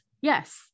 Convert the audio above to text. yes